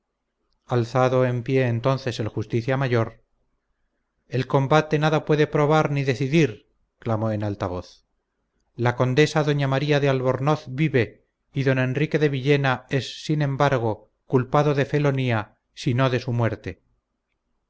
alzado en pie entonces el justicia mayor el combate nada puede probar ni decidir clamó en alta voz la condesa doña maría de albornoz vive y don enrique de villena es sin embargo culpado de felonía si no de su muerte